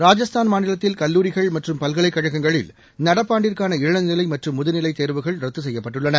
ராஜஸ்தாள் மாநிலத்தில் கல்லூரிகள் மற்றும் பல்கலைக்கழகங்களில் நடப்பு ஆண்டிற்காள இளநிலை மற்றும் முதநிலை தேர்வுகள் ரத்து செய்யப்பட்டுள்ளன